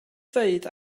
dweud